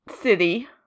city